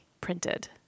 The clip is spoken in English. printed